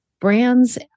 brands